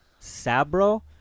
sabro